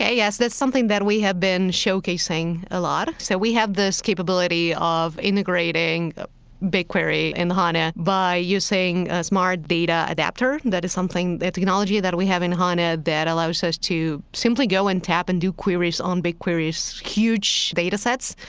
yeah yes, that's something that we have been showcasing a lot. so we have this capability of integrating bigquery into hana by using smart data adapter. and that is something that technology that we have in hana that allows us to simply go and tap and do queries on bigquery's huge data sets.